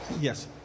Yes